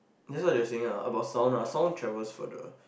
that's what they are saying lah about sound lah sound travels further